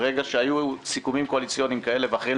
ברגע שהיו סיכומים קואליציוניים כאלה ואחרים,